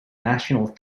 national